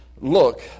look